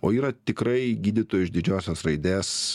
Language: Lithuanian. o yra tikrai gydytojų iš didžiosios raidės